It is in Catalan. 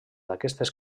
aquestes